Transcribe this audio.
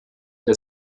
der